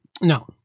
no